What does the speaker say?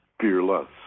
fearless